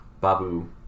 Babu